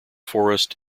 forest